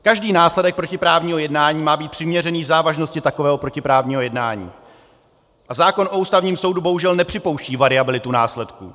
Každý následek protiprávního jednání má být přiměřený závažnosti takového protiprávního jednání a zákon o Ústavním soudu bohužel nepřipouští variabilitu následků.